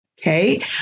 Okay